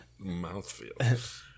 Mouthfeel